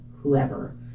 whoever